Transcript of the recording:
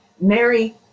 Mary